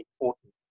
important